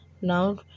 now